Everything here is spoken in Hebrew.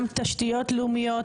גם תשתיות לאומיות,